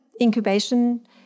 incubation